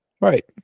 Right